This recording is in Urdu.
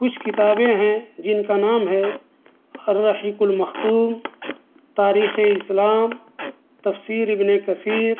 کچھ کتابیں ہيں جن كا نام ہے الرّحيقُ المختوم تاريخِ اسلام تفسير ابنِ کثیر